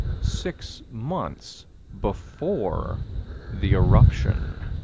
six months before the eruption.